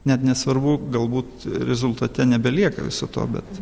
net nesvarbu galbūt rezultate nebelieka viso to bet